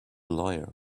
lawyer